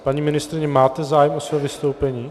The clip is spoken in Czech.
Paní ministryně, máte zájem o své vystoupení?